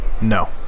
No